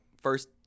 first